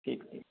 ठीक ठीक